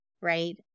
right